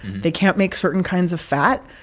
they can't make certain kinds of fat,